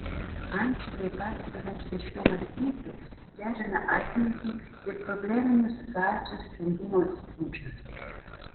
ančiuviai padeda mums aiškiau mąstyti gerina atmintį ir probleminių situacijų sprendimo įgūdžius